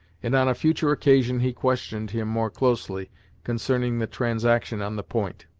and on a future occasion he questioned him more closely concerning the transaction on the point,